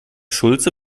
schulze